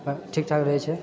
ठीकठाक रहैछेै